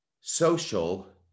social